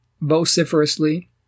vociferously